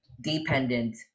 dependent